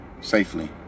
safely